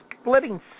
splitting